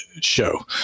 show